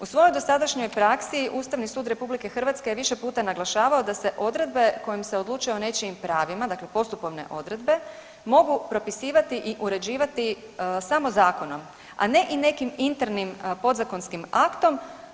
U svojoj dosadašnjoj praksi Ustavni sud Republike Hrvatske je više puta naglašavao da se odredbe kojim se odlučuje o nečijim pravima, dakle postupovne odredbe mogu propisivati i uređivati samo zakonom, a ne i neki internim podzakonskim aktom.